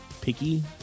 picky